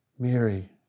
Mary